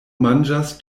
manĝas